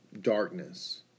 darkness